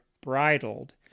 bridled